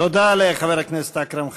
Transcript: תודה לחבר הכנסת אכרם חסון.